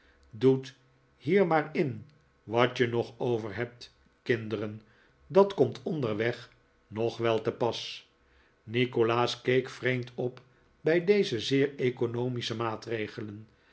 doet hier maar in wat je nog over hebt kinderen dat komt onderweg nog wel te pas nikolaas keek vreemd op bij deze zeer economische maatregelen